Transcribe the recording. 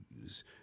news